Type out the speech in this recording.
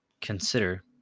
consider